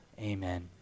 amen